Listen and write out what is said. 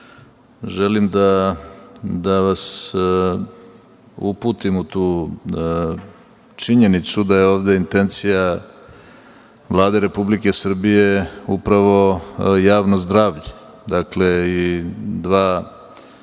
želim da vas uputim u tu činjenicu da je ovde intencija Vlade Republike Srbije upravo javno zdravlje. Dakle, dva